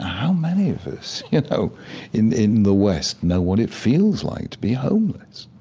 how many of us you know in in the west know what it feels like to be homeless?